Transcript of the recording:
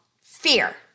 Fear